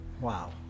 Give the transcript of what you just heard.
Wow